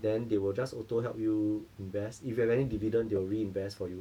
then they will just auto help you invest if you have any dividend they will reinvest for you